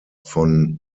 von